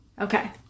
Okay